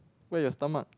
where your stomach